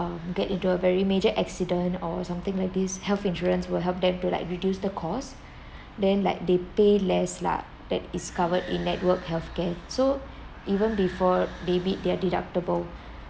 get into a very major accident or something like this health insurance will help them to like reduce the cost then like they pay less lah that is covered in net worth health care so even before they meet their deductible